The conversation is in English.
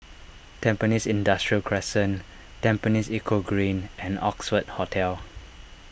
Tampines Industrial Crescent Tampines Eco Green and Oxford Hotel